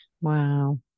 Wow